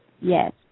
Yes